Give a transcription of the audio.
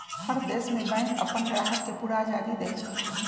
हर देश में बैंक अप्पन ग्राहक के पूरा आजादी देई छई